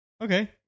Okay